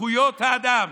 זכויות האדם.